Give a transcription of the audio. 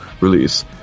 release